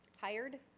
hired